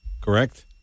correct